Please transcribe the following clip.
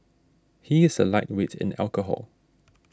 he is a lightweight in alcohol